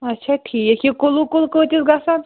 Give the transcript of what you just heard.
اچھا ٹھیٖک یہِ کُلوٗ کُل کۭتِس گژھان